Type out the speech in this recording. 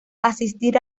asistir